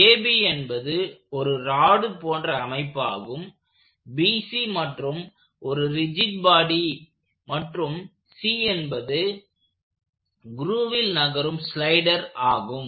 AB என்பது ஒரு rod போன்ற அமைப்பாகும் BC என்பது மற்றும் ஒரு ரிஜிட் பாடி மற்றும் C என்பது க்ரூவில் நகரும் ஸ்லைடர் ஆகும்